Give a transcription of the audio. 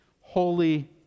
holy